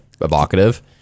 evocative